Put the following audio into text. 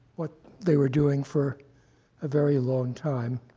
what they were doing for a very long time,